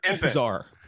bizarre